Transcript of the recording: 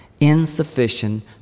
insufficient